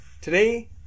Today